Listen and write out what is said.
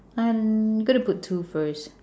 I'm gonna put two first